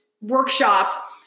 workshop